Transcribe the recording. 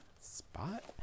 Spot